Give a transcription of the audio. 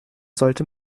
sollte